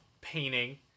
painting